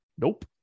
Nope